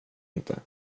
inte